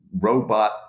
robot